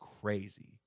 crazy